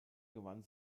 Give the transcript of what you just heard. gewann